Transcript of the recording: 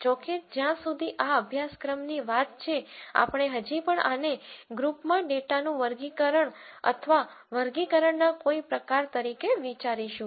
જો કે જ્યાં સુધી આ અભ્યાસક્રમની વાત છે આપણે હજી પણ આને ગ્રુપમાં ડેટાનું વર્ગીકરણ અથવા વર્ગીકરણના કોઈ પ્રકાર તરીકે વિચારીશું